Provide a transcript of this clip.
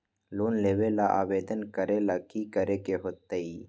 Loan लेबे ला आवेदन करे ला कि करे के होतइ?